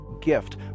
gift